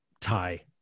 Tie